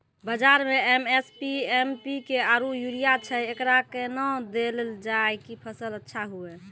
बाजार मे SSP, MPK आरु यूरिया छैय, एकरा कैना देलल जाय कि फसल अच्छा हुये?